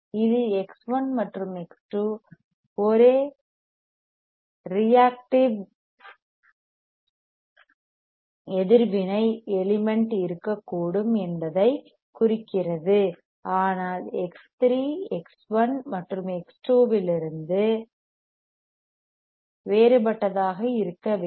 இது X1 மற்றும் X2 ஒரே ரேக்ட்டிவ் reactive எதிர்வினை எலிமெண்ட் இருக்கக்கூடும் என்பதைக் குறிக்கிறது ஆனால் X3 X1 மற்றும் X2 விலிருந்து வேறுபட்டதாக இருக்க வேண்டும்